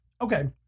Okay